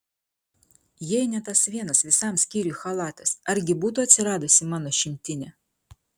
jei ne tas vienas visam skyriui chalatas argi būtų atsiradusi mano šimtinė